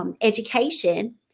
education